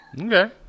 Okay